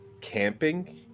camping